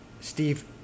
Steve